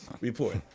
report